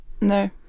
no